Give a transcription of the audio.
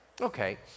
Okay